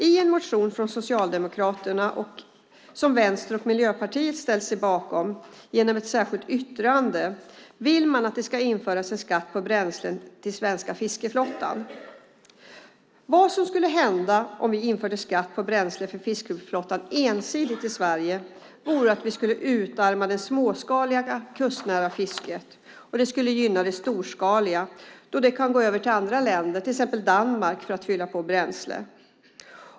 I en socialdemokratisk motion som Vänstern och Miljöpartiet genom ett särskilt yttrande ställt sig bakom skriver man att man vill att en skatt införs på bränslen till den svenska fiskeflottan. Om vi i Sverige ensidigt införde skatt på bränslen till fiskeflottan skulle vi utarma det småskaliga kustnära fisket. Det skulle gynna det storskaliga fisket eftersom man kan fara till andra länder, exempelvis till Danmark, för att fylla på bränsle.